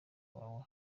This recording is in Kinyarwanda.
wawe